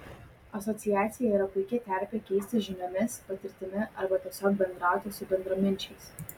asociacija yra puiki terpė keistis žiniomis patirtimi arba tiesiog bendrauti su bendraminčiais